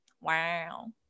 Wow